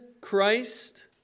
Christ